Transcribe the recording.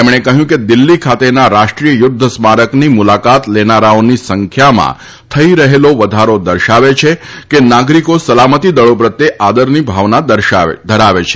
તેમણે કહ્યું કે દિલ્હી ખાતેના રાષ્ટ્રીય યુદ્ધ સ્મારકની મુલાકાત લેનારાઓની સંખ્યામાં થઈ રહેલો વધારો દર્શાવે છે કે નાગરિકો સલામતી દળો પ્રત્યે આદરની ભાવના ધરાવે છે